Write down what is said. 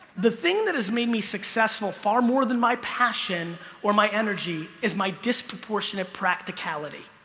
the thing that has made me successful far more than my passion or my energy is my disproportionate practicality